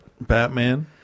Batman